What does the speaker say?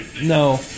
No